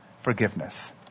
forgiveness